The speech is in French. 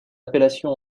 appellation